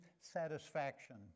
satisfaction